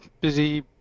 busy